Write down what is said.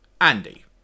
Andy